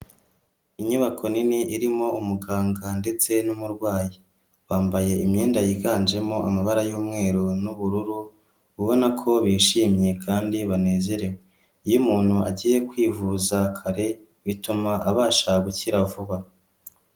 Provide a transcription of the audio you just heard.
Inyubako nini irimo umuganga ndetse n'umurwayi, bambaye imyenda yiganjemo amabara y'umweru n'ubururu ubona ko bishimye kandi banezerewe, iyo umuntu agiye kwivuza kare bituma abasha gukira vuba.